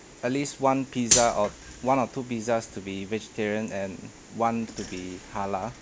at least one pizza or one or two pizzas to be vegetarian and one to be halal